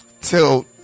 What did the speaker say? till